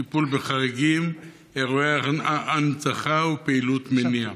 טיפול בחריגים, אירועי הנצחה ופעילות מניעה.